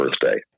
birthday